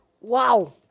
Wow